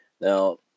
Now